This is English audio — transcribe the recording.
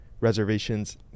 Reservations